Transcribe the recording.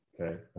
okay